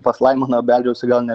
pas laimoną beldžiausi gal ne